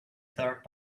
third